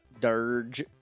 Dirge